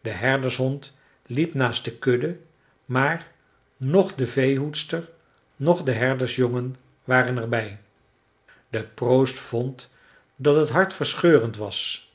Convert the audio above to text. de herdershond liep naast de kudde maar noch de veehoedster noch de herdersjongen waren er bij de proost vond dat het hartverscheurend was